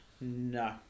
No